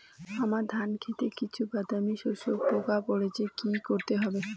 আমার ধন খেতে কিছু বাদামী শোষক পোকা পড়েছে কি করতে হবে?